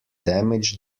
damage